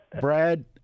Brad